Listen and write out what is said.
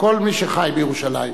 וכל מי שחי בירושלים.